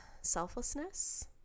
Selflessness